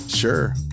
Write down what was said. sure